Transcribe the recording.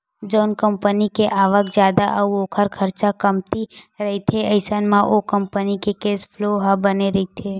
जउन कंपनी के आवक जादा अउ ओखर खरचा कमती रहिथे अइसन म ओ कंपनी के केस फ्लो ह बने रहिथे